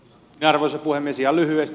ihan lyhyesti